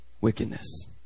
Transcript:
Wickedness